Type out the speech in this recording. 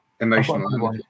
Emotional